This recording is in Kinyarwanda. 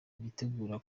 witegura